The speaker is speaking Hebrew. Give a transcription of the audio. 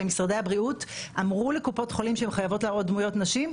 ומשרד הבריאות אמרו לקופות חולים שהן חייבות להראות דמויות נשים.